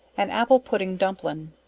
an apple pudding dumplin.